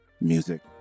music